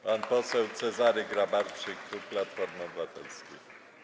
Pan poseł Cezary Grabarczyk, klub Platformy Obywatelskiej.